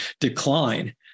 decline